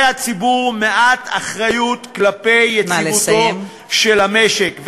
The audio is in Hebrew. הציבור מעט אחריות כלפי יציבותו של המשק,